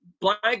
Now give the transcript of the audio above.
black